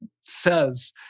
says